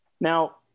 Now